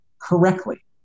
correctly